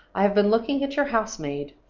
i have been looking at your house-maid.